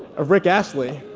of rick ashley